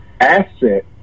Asset